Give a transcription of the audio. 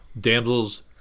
damsels